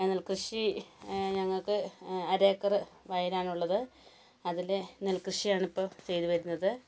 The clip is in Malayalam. നെൽകൃഷി ഞങ്ങൾക്ക് അര ഏക്കറ് വയലാണുള്ളത് അതില് നെൽകൃഷിയാണിപ്പം ചെയ്ത് വരുന്നത്